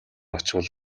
очвол